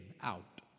out